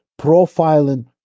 profiling